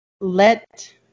let